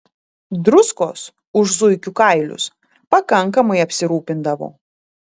druskos už zuikių kailius pakankamai apsirūpindavo